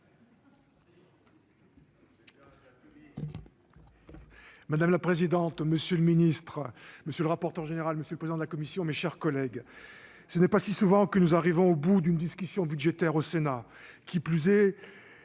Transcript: Madame la présidente, monsieur le ministre, monsieur le rapporteur général, monsieur le président de la commission, mes chers collègues, ce n'est pas si souvent que nous arrivons au bout d'une discussion budgétaire au Sénat, qui plus est